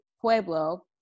Pueblo